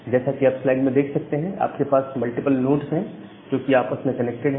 जैसा कि आप स्लाइड में देख सकते हैं आपके पास मल्टीपल नोड्स है जोकि आपस में कनेक्टेड है